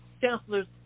Chancellor's